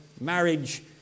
marriage